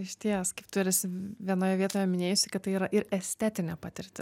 išties kai tu ir esi vienoje vietoje minėjusi kad tai yra ir estetinė patirti